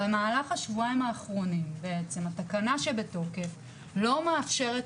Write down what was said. במהלך השבועיים האחרונים בעצם התקנה שבתוקף לא מאפשרת